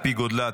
על פי גודלה,